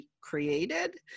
created